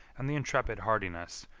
and the intrepid hardiness,